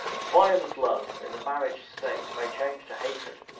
violent love in the marriage state may change to hatred